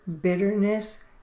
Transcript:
bitterness